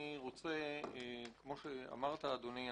כמו שאמרת אדוני,